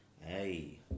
hey